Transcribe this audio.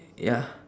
ya